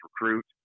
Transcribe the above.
recruit